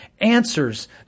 answers